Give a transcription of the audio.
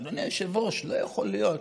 אדוני היושב-ראש, לא יכול להיות